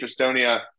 Estonia